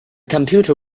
computer